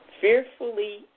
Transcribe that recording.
fearfully